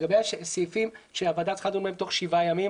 לגבי הסעיפים שהוועדה צריכה לדון בהם תוך 7 ימים,